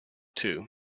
two